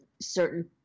certain